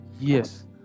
yes